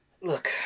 look